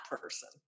person